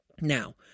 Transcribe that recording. Now